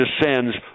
descends